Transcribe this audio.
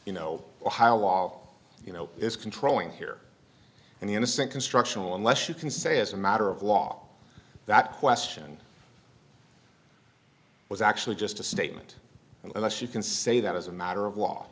you know how law you know is controlling here and the innocent constructional unless you can say as a matter of law that question was actually just a statement unless you can say that as a matter